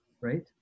right